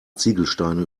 ziegelsteine